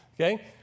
Okay